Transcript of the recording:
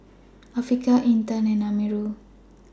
Afiqah Intan and Amirul